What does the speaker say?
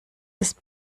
ist